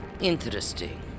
Interesting